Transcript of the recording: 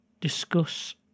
Discuss